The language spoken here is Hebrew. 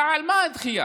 אבל על מה הדחייה?